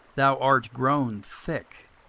thou art grown thick,